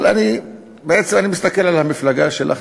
אבל אני מסתכל על המפלגה שלך,